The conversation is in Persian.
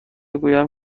گویم